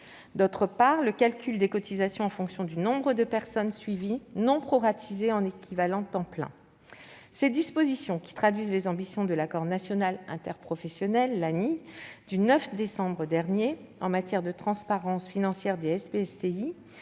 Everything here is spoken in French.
d'autre part, le calcul des cotisations en fonction du nombre de personnes suivies non proratisé en équivalent temps plein (ETP). Ces dispositions, qui traduisent les ambitions de l'accord national interprofessionnel (ANI) du 9 décembre dernier en matière de transparence financière des SPSTI